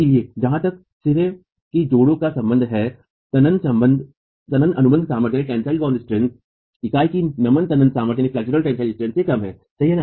इसलिएजहां तक सिरे जोड़ का संबंध है तनन अनुबंध सामर्थ्य इकाई की नमन तनन सामर्थ्य से कम है सही है